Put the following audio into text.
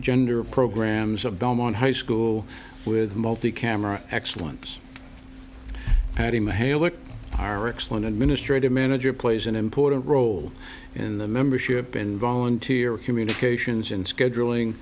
gender programs of dome on high school with multi camera excellence patti mahela are excellent administrative manager plays an important role in the membership and volunteer communications and scheduling